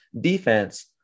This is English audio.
defense